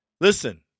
Listen